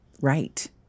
right